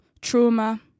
trauma